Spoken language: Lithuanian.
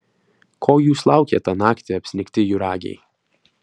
ko jūs laukėt tą naktį apsnigti juragiai